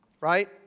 Right